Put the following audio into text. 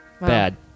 Bad